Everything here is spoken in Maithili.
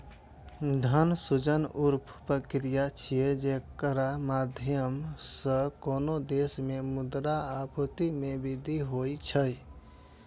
धन सृजन ऊ प्रक्रिया छियै, जेकरा माध्यम सं कोनो देश मे मुद्रा आपूर्ति मे वृद्धि होइ छै